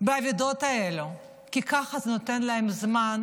באבדות האלה, כי ככה זה נותן להם זמן,